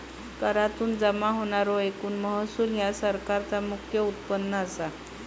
करातुन जमा होणारो एकूण महसूल ह्या सरकारचा मुख्य उत्पन्न असा